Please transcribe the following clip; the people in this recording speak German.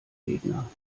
gegner